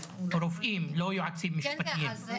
לא יועצים משפטיים.